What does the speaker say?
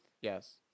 Yes